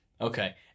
Okay